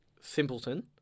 simpleton